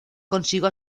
consigo